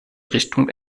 richtung